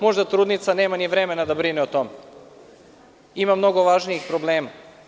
Možda trudnica nema ni vremena da brine o tome, ima mnogo važnijih problema.